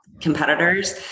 competitors